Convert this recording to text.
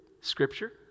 scripture